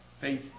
faith